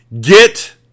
Get